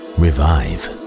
revive